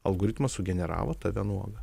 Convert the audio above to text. algoritmas sugeneravo tave nuogą